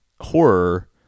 horror